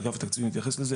אגף תקציבים יתייחס לזה.